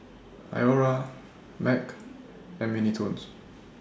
Iora Mac and Mini Toons